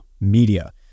media